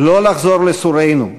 לא לחזור לסוּרנו,